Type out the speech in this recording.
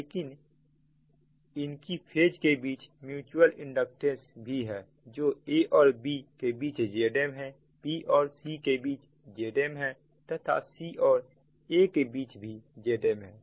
लेकिन इनकी फेज के बीच म्युचुअल इंडक्टेंस ही है जो a और b के बीच Zmहै b और c के बीच Zm तथा c और a के बीच Zm है